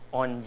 on